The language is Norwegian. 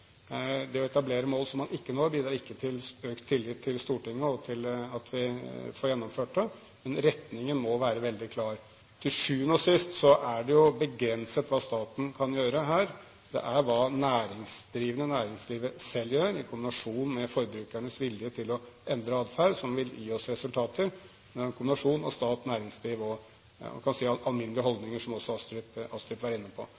Det å etablere mål som man ikke når, bidrar ikke til økt tillit til Stortinget og til at vi får gjennomført dem, men retningen må være veldig klar. Til syvende og sist er det jo begrenset hva staten kan gjøre her. Det er hva næringsdrivende og næringslivet selv gjør i kombinasjon med forbrukernes vilje til å endre adferd, som vil gi oss resultater. Det er en kombinasjon av stat, næringsliv og alminnelige holdninger, som også Astrup var inne på.